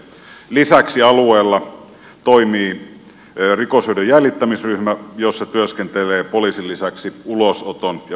lisäksi alueella toimii rikoshyödyn jäljittämisryhmä jossa työskentelevät poliisin lisäksi ulosoton ja verottajan edustajat